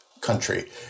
country